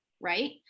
right